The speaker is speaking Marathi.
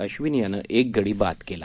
अश्विन यानं एक गडी बाद केला